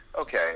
Okay